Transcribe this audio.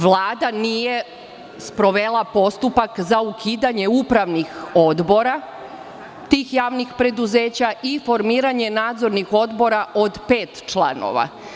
Vlada nije sprovela postupak za ukidanje upravnih odbora tih javnih preduzeća i formiranje nadzornih odbora od pet članova.